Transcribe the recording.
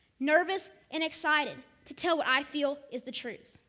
nervous and excited to tell what i feel is the truth.